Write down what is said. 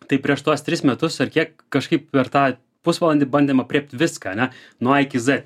tai prieš tuos tris metus ar kiek kažkaip per tą pusvalandį bandėme aprėpt viską ane nuo a iki z